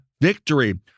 victory